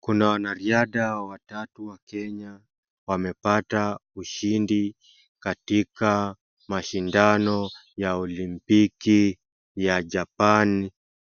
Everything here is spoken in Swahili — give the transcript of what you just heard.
Kuna wanariadha watatu wa Kenya wamepata ushindi katika mashindano ya olimpiki ya Japan